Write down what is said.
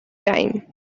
time